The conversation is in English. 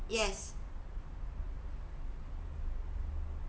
yes